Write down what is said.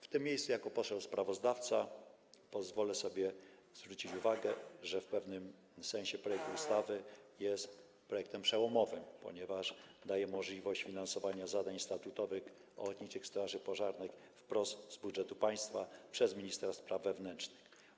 W tym miejscu jako poseł sprawozdawca pozwolę sobie zwrócić uwagę, że w pewnym sensie projekt ustawy jest projektem przełomowym, ponieważ daje możliwość finansowania zadań statutowych ochotniczych straży pożarnych wprost z budżetu państwa przez ministra spraw wewnętrznych.